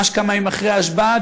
ממש כמה ימים אחרי ההשבעה,